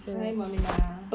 hi maminah